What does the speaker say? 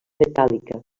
metàl·lica